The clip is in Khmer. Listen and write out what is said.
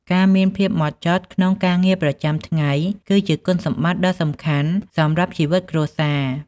ការមានភាពហ្មត់ចត់ក្នុងការងារប្រចាំថ្ងៃ គឺជាគុណសម្បត្តិដ៏សំខាន់សម្រាប់ជីវិតគ្រួសារ។